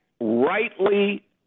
rightly